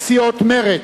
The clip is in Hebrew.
סיעות מרצ,